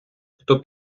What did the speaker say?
хто